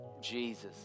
Jesus